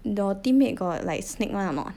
the team mate got like snake [one] or not